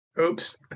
Oops